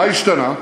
מה השתנה?